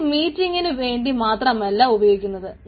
ഇത് മീറ്റിങ്ങിനു വേണ്ടി മാത്രമല്ല ഉപയോഗിക്കുന്നത്